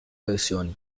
versioni